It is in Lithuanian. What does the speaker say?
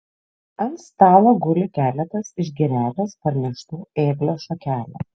ant stalo guli keletas iš girelės parneštų ėglio šakelių